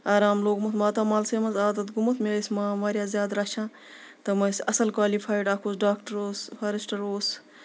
آرام لوٚگمُت ماتامالسٕے منٛزعادت گوٚومُت مےٚ ٲسۍ مام واریاہ زیادٕ رَچھان تِم ٲسۍ اَصٕل کالِفِیڑ اکھ اوس ڈکٹر اوس فارِسٹر اوس